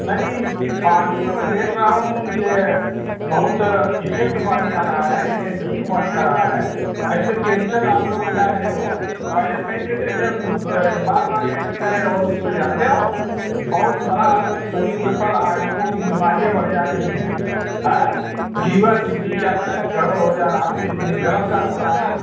नहीं नहीं पानी में मैं देख रहा हूँ ये बहुत इफेक्ट पानी आ रहा है यह में इफेक्टिव पानी आ रहा है इसमें केमिकल आप लोग मिला रहे हो पहले सही देते थे अब बार बार ऐसा कर रहे हो तो इसको जानते हो बहुत बड़ा असर शरीर पर पड़ रहा है लोगों की बीमारियाँ बढ़ जा रही हैं हाँ लिवर किडनी क्या क्या गड़ बड़ हो जा रही है तो यह यह ग़लत काम हो रहा है ना